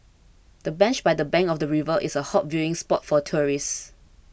the bench by the bank of the river is a hot viewing spot for tourists